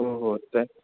त्